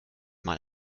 mal